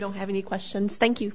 don't have any questions thank